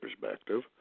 perspective